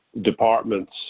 departments